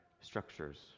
structures